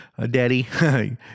Daddy